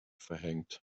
verhängt